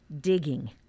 digging